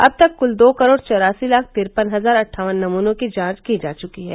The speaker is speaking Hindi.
अब तक कुल दो करोड़ चौरासी लाख तिरपन हजार अट्ठावन नमूनों की जांच की जा चुकी है